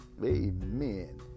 Amen